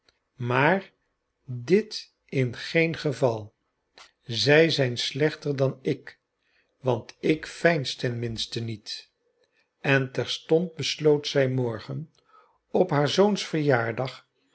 maar dit in geen geval zij zijn slechter dan ik want ik veins ten minste niet en terstond besloot zij morgen op haar zoons verjaardag